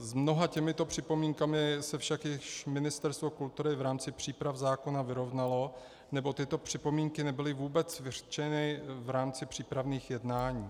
S mnoha těmito připomínkami se však již Ministerstvo kultury v rámci příprav zákona vyrovnalo, nebo tyto připomínky nebyly vůbec vyřčeny v rámci přípravných jednání.